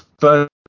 first